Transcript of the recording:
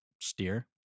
steer